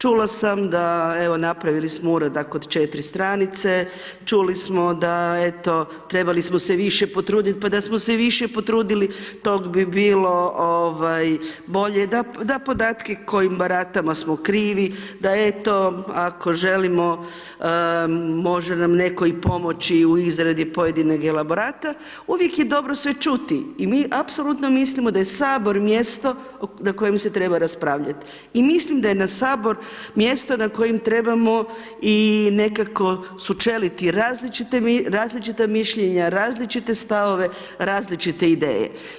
Čula sam da, evo napravili smo uradak od 4 stranice, čuli smo da eto, trebali smo se više potrudit, pa da smo i više potrudili, tog bi bilo, ovaj, bolje, da podatke kojim baratamo smo krivi, da eto ako želimo može nam netko i pomoći u izradi pojedinog elaborata, uvijek je dobro sve čuti, i mi apsolutno mislimo da je Sabor mjesto na kojem se treba raspravljati, i mislim da je na Sabor mjesto na kojem trebamo i nekako sučeliti različita mišljenja, različite stavove, različite ideje.